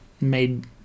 made